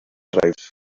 tribes